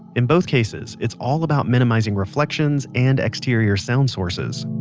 in both cases, it's all about minimizing reflections and exterior sound sources